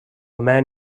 man